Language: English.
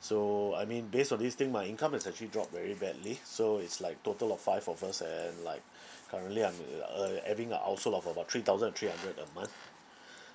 so I mean based on this thing my income has actually dropped very badly so it's like total of five of us and like currently I'm uh having a household of about three thousand and three hundred a month